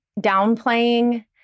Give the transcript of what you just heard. downplaying